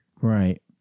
Right